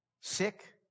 Sick